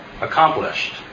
accomplished